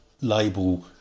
label